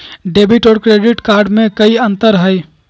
Debit और credit card में कई अंतर हई?